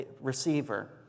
receiver